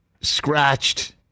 scratched